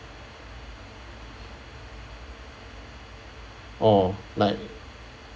orh like